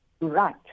Right